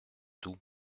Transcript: tout